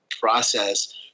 process